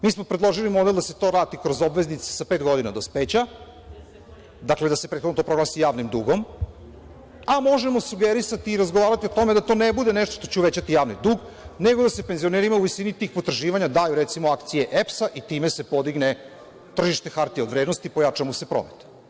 Mi smo predložili model da se to vrati kroz obveznice sa pet godina dospeća, dakle, da se to proglasi javnim dugom, a možemo sugerisati i razgovarati o tome da to ne bude nešto što će uvećati javni dug, nego da se penzionerima u visini tih potraživanja daju, recimo, akcije EPS-a i time se podigne tržište hartija od vrednosti, pojača mu se promet.